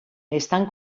están